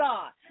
God